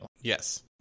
Yes